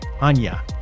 Anya